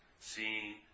Seeing